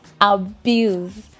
abuse